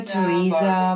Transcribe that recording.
Teresa